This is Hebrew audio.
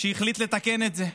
שהחליט לתקן את זה.